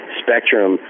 spectrum